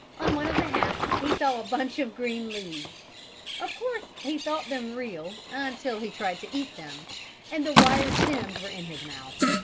on one of the hats he saw a bunch of green leaves of course, he thought them real until he tried to eat them and the wire stems were in his mouth.